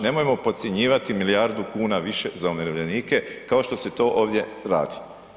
Nemojmo podcjenjivati milijardu kuna više za umirovljenike kao što se to ovdje radi.